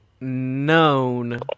known